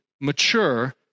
mature